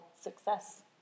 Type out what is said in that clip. success